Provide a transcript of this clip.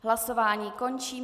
Hlasování končím.